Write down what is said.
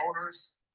owners